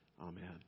Amen